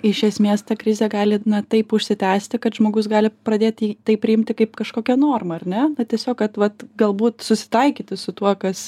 iš esmės ta krizė gali taip užsitęsti kad žmogus gali pradėti tai priimti kaip kažkokią normą ar ne na tiesiog kad vat galbūt susitaikyti su tuo kas